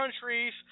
countries